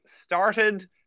started